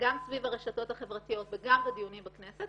גם סביב הרשתות החברתיות וגם בדיונים בכנסת,